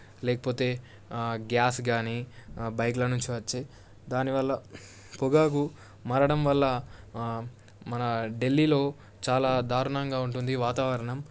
లేకపోతే గ్యాస్ కానీ బైక్లో నుంచి వచ్చే దాని వల్ల పొగకు మారడం వల్ల మన ఢిల్లీలో చాలా దారుణంగా ఉంటుంది వాతావరణం